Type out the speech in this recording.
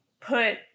put